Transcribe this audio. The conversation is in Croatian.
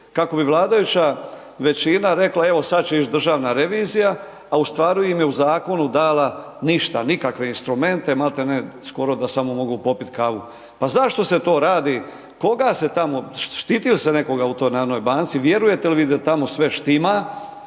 kako bi vladajuća većina rekla evo sad će ić Državna revizija, a u stvari im je u zakonu dala ništa, nikakve instrumente, malte ne skoro da sam mogao popiti kavu, pa zašto se to radi, koga se tamo, štiti li se nekoga u toj narodnoj banci, vjerujete li vi da tamo sve štima